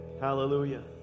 Hallelujah